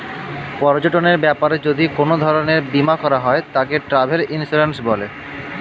পর্যটনের ব্যাপারে যদি কোন ধরণের বীমা করা হয় তাকে ট্র্যাভেল ইন্সুরেন্স বলে